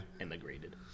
Immigrated